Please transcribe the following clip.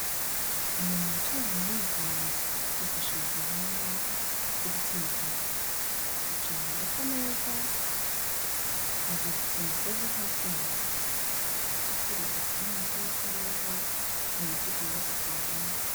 Umuntu wicaye ahantu yigunze, yifashe mu gahanga, w'igitsina gabo, yicaye ahantu hadasa neza, aziritse umugozi hasi mu maguru, muby'ukuri arasa n'umuntu utameze neza, nk'umuntu ufite ibibazo byarenze.